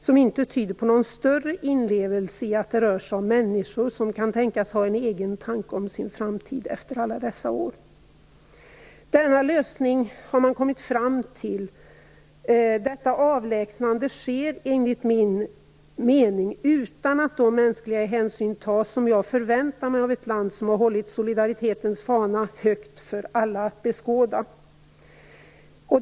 Den tyder inte på någon större inlevelse i att det rör sig om människor som kan tänkas ha en egen tanke om sin framtid efter alla dessa år. Den här lösningen har man kommit fram till. Detta avlägsnande sker enligt min mening utan att de mänskliga hänsyn tas som man kan förvänta av ett land som har hållit solidaritetens fana högt för alla att beskåda.